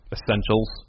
Essentials